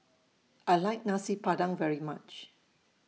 I like Nasi Padang very much